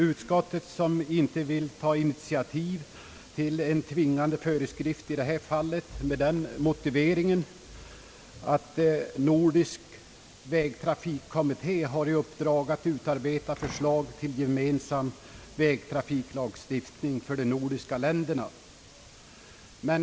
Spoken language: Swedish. Utskottet vill inte ta initiativ till en tvingande föreskrift i detta fall, med den motiveringen att nordisk vägtrafikkommitte har i uppdrag att utarbeta förslag till gemensam vägtrafiklagstiftning för de nordiska länderna.